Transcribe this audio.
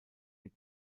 mit